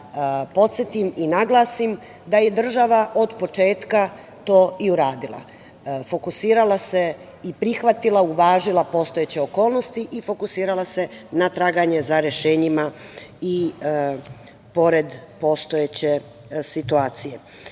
podsetim i naglasim da je država od početka to i uradila - fokusirala se i prihvatila i uvažila postojeće okolnosti i fokusirala se na traganje za rešenjima i pored postojeće situacije.Za